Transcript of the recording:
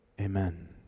Amen